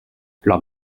leurs